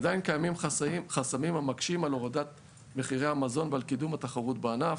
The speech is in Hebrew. עדיין קיימים חסמים המקשים על הורדת מחירי המזון ועל קידום התחרות בענף.